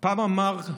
פעם אמר,